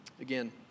again